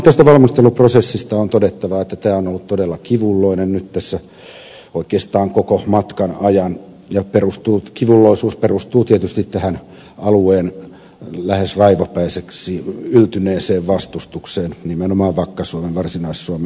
tästä valmisteluprosessista on todettava että tämä on ollut todella kivulloinen oikeastaan koko matkan ajan ja kivulloisuus perustuu tietysti alueen lähes raivopäiseksi yltyneeseen vastustukseen nimenomaan vakka suomen varsinais suomen puolella